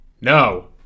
No